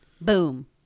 Boom